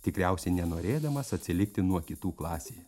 tikriausiai nenorėdamas atsilikti nuo kitų klasėje